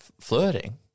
flirting